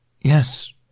Yes